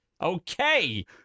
Okay